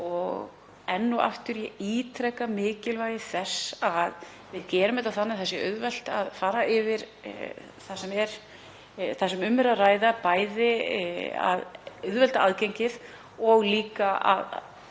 Enn og aftur ítreka ég mikilvægi þess að við gerum þetta þannig að auðvelt sé að fara yfir það sem um er að ræða, bæði að auðvelda aðgengið og líka að